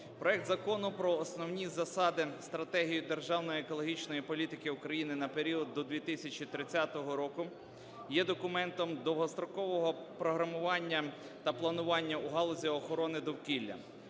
Проект Закону про Основні засади (стратегію) державної екологічної політики України на період до 2030 року є документом довгострокового програмування та планування у галузі охорони довкілля.